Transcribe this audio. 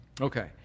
Okay